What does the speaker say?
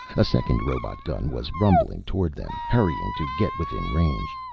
a second robot gun was rumbling toward them, hurrying to get within range.